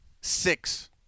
Six